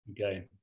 Okay